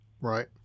right